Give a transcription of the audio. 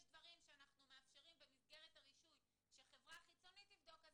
דברים שאנחנו מאפשרים במסגרת הרישוי שחברה חיצונית תבדוק אז